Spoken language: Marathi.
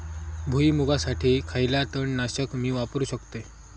भुईमुगासाठी खयला तण नाशक मी वापरू शकतय?